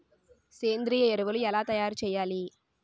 సేంద్రీయ ఎరువులు ఎలా తయారు చేయాలి?